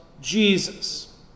Jesus